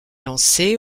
lancé